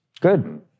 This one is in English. Good